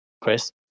Chris